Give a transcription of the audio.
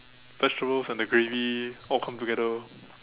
vegetables and the gravy all come together